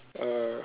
uh